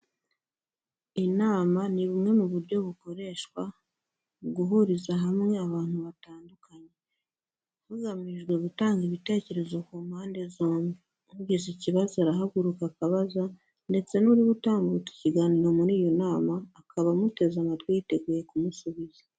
Iyi nama ni bumwe mu buryo bukoreshwa mu guhuriza hamwe abantu batandukanye, hagamijwe gutanga ibitekerezo ku mpande zombi, ugize ikibazo arahaguruka akabaza ndetse n'uri gutambutsa ikiganiro muri iyo nama, akaba amuteze amatwi yiteguye kumusubiza.